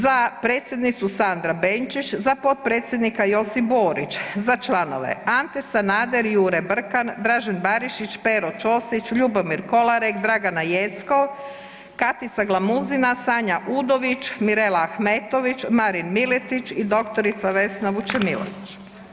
Za predsjednicu Sandra BEnčić, za potpredsjednika Josip Borić, za članove: Ante Sanader, Jure Brkan, Dražen Barišić, Pero Ćosić, Ljubomir Kolarek, Dragana Jeckov, Katica Glamuzina, Sanja Udović, Mirela Ahemtović, Marin Miletić i dr. Vesna Vučemilović.